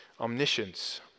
omniscience